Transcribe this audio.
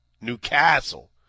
Newcastle